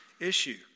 Issue